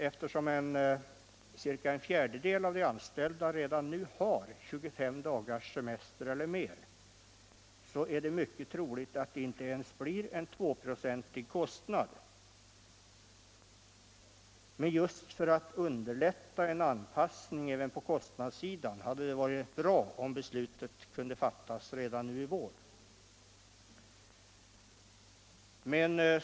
Eftersom ungefär en fjärdedel av de anställda redan nu har 25 dagars semester eller mer är det emellertid mycket troligt att det inte blir ens en 2-procentig kostnad. Men just för att underlätta en anpassning även på kostnadssidan hade det varit bra, om beslut hade kunnat fattas redan nu i vår.